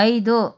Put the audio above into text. ಐದು